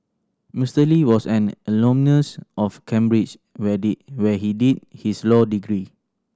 Mister Lee was an alumnus of Cambridge where did where he did his law degree